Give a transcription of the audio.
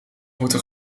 moeten